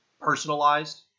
personalized